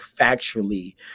factually